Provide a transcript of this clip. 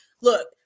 look